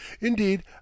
indeed